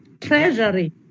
Treasury